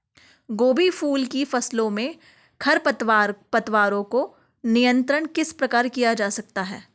गोभी फूल की फसलों में खरपतवारों का नियंत्रण किस प्रकार किया जा सकता है?